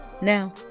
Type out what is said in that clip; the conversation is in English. Now